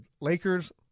Lakers